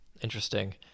Interesting